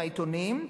מהעיתונים,